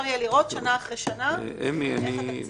יהיה לראות שנה אחרי שנה איך התקציב עובר.